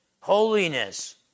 holiness